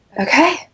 Okay